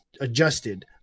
adjusted